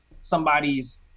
somebody's